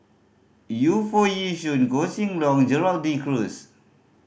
Yu Foo Yee Shoon Koh Seng Leong Gerald De Cruz